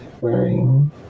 wearing